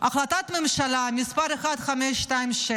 החלטת ממשלה מס' 1526,